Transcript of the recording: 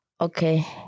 Okay